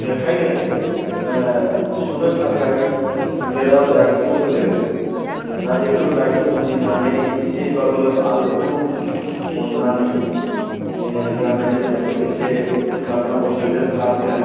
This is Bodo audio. बेखायनो ओह सुनो थाखाय जेराव दायथ' होदों दा बेखौ दायथ' बुजिनानै एसेबाबो आंखौ अन्नानै ओह गान्नाय जोमनायखौ एसे फोसाबना हरगोरदो थाबनो